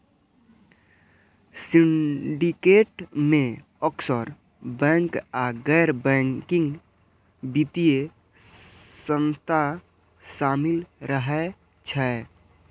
syndicate मे अक्सर bank आ गैर बैंकिंग वित्तीय संस्था शामिल रहै छै